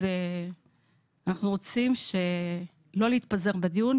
אנחנו רוצים לא להתפזר בדיון,